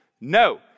No